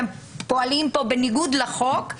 הם פועלים פה בניגוד לחוק,